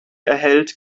erhält